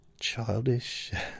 childish